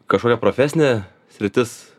kažkokia profesinė sritis